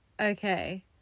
okay